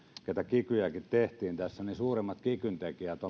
kikyjäkin tehtiin tässä ja suurimmat kikyn tekijät